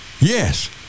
Yes